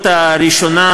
הכתובת הראשונה.